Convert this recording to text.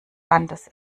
landes